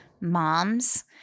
moms